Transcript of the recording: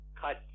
cut